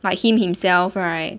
like him himself right